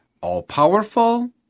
all-powerful